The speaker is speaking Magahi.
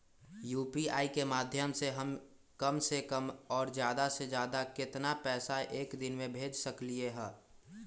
यू.पी.आई के माध्यम से हम कम से कम और ज्यादा से ज्यादा केतना पैसा एक दिन में भेज सकलियै ह?